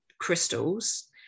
crystals